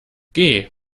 geh